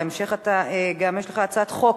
בהמשך גם יש לך הצעת חוק,